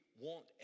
want